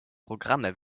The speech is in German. programme